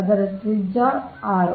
ಅದೇ ತ್ರಿಜ್ಯ r